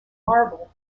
marvel